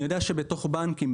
אני יודע שבתוך הבנקים,